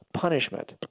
punishment